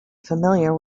familiar